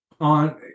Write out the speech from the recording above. on